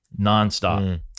nonstop